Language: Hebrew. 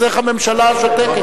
אז איך הממשלה שותקת?